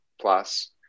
plus